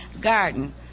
garden